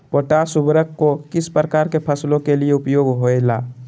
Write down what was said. Potash उर्वरक को किस प्रकार के फसलों के लिए उपयोग होईला?